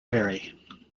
harry